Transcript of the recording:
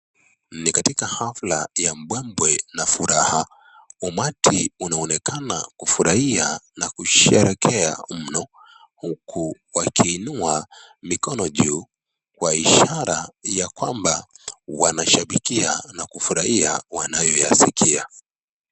Nikatika afla ya mbwembwe na furaha. Umati unaonekana kufurahia na kusherekea mno huku wakiinua mikono juu kwa ishira ya kwamba wanashabikia na kufurahia wanayoyasikia.